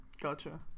Gotcha